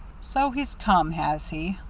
so he's come, has he?